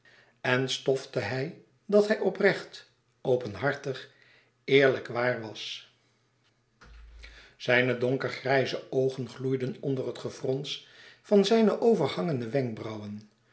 en stofte hij dat hij oprecht openhartig eerlijk waar was zijne donkergrijze oogen gloeiden onder het gefrons van zijne overhangende wenkbrauwen